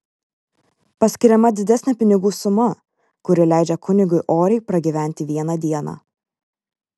paskiriama didesnė pinigų suma kuri leidžia kunigui oriai pragyventi vieną dieną